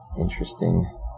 interesting